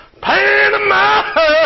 Panama